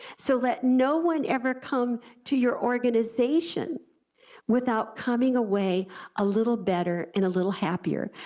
so let no one ever come to your organization without coming away a little better and a little happier.